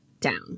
Down